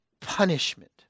punishment